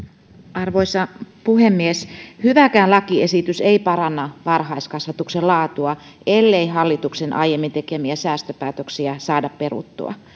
arvoisa puhemies hyväkään lakiesitys ei paranna varhaiskasvatuksen laatua ellei hallituksen aiemmin tekemiä säästöpäätöksiä saada peruttua